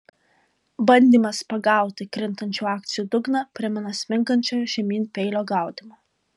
bandymas pagauti krintančių akcijų dugną primena smingančio žemyn peilio gaudymą